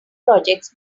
projects